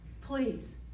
please